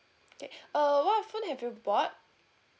okay uh what phone have you bought